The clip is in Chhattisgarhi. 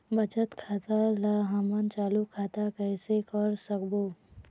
बचत खाता ला हमन चालू खाता कइसे कर सकबो?